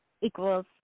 equals